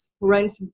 rent